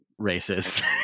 racist